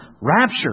Rapture